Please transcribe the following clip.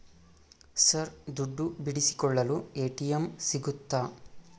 Sir ದುಡ್ಡು ಬಿಡಿಸಿಕೊಳ್ಳಲು ATM ಸಿಗುತ್ತಾ?